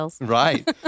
right